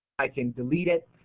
i can delete it,